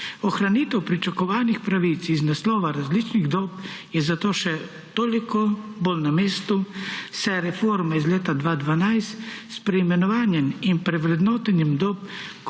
Ohranitev pričakovanih pravic iz naslova različnih dob je zato še toliko bolj na mestu, saj je reforma iz leta 2012 s preimenovanjem in prevrednotenjem dob